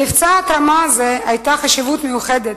למבצע ההתרמה הזה היתה חשיבות מיוחדת,